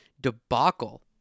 debacle